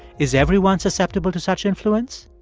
is everyone susceptible to such influence?